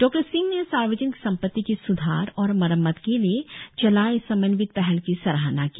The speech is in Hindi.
डॉ सिंह ने सार्वजनिक संपत्ति की स्धार और मरम्मत के लिए चलाए समन्वित पहल की सराहना की